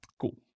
Cool